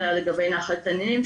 אלא לגבי נחל תנינים,